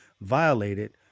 violated